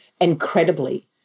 incredibly